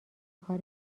کار